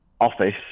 office